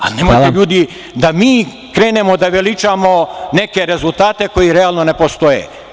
Ali, nemojte ljudi da mi krenemo da veličamo neke rezultate koji realno ne postoje.